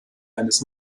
eines